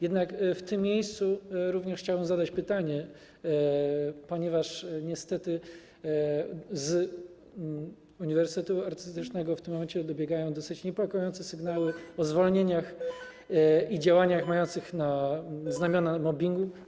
Jednak w tym miejscu chciałbym również zadać pytanie, ponieważ niestety z Uniwersytetu Artystycznego w tym momencie dobiegają dosyć niepokojące sygnały o zwolnieniach i działaniach mających znamiona mobbingu.